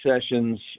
sessions